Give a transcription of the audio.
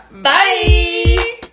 Bye